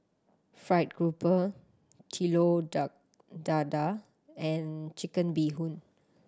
Fried Garoupa telur dadah and Chicken Bee Hoon